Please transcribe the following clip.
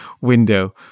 window